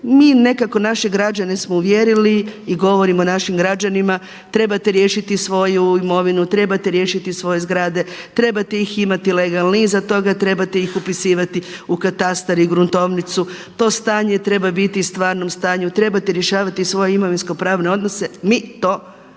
mi nekako naše građane smo uvjerili i govorimo našim građanima trebate riješiti svoju imovinu, trebate riješiti svoje zgrade, trebate ih imati legalne, iza toga trebate ih upisivati u katastar i gruntovnicu, to stanje treba biti stvarnom stanju, trebate rješavati svoje imovinskopravne odnose, mi to na